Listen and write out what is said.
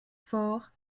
for